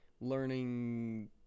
learning